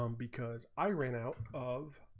um because i ran out of